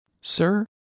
Sir